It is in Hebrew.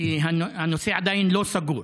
כי הנושא עדיין לא סגור.